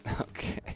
okay